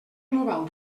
global